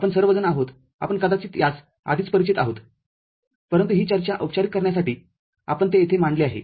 आपण सर्वजण आहोत आपण कदाचित यास आधीच परिचित आहोत परंतु ही चर्चा औपचारिक करण्यासाठी आपण ते येथे मांडले आहे